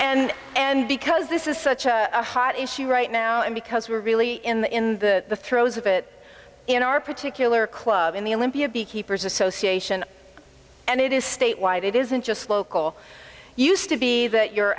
and and because this is such a hot issue right now and because we are really in the throes of it in our particular club in the olympia beekeepers association and it is statewide it isn't just local used to be that your